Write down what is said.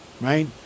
right